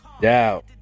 doubt